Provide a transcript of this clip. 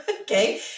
Okay